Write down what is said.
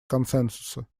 консенсуса